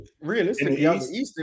realistically